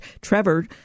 Trevor